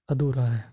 ਅਧੂਰਾ ਹੈ